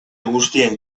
guztien